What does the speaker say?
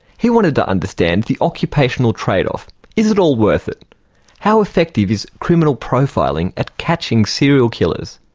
he wanted to understand the occupational trade off is it all worth it how effective is criminal profiling at catching serial killers?